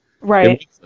Right